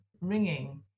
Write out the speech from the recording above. ringing